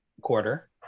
quarter